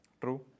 True